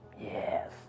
Yes